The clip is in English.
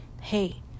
Hey